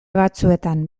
batzuetan